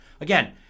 Again